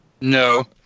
No